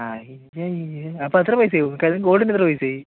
അയ്യയ്യേ അപ്പോൾ എത്ര പൈസയായി ഗോൾഡിനെത്ര പൈസയായി